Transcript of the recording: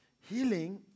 Healing